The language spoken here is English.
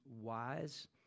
wise